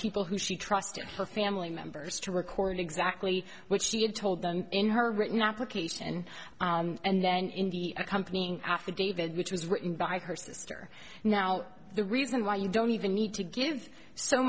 people who she trusted her family members to record exactly what she had told them in her written application and then in the accompanying affidavit which was written by her sister now the reason why you don't even need to give so